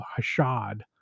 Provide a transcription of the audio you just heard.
hashad